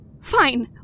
Fine